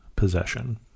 Possession